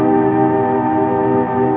and